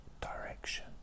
direction